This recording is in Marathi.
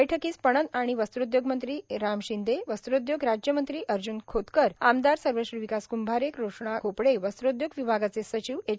बैठकीस पणन आणि वस्त्रोद्योग मंत्री राम शिंदे वस्त्रोद्योग राज्यमंत्री अर्जून खोतकर आमदार सर्वश्री विकास क्भारे कृष्णा खोपडे वस्त्रोद्योग विभागाचे सचिव एच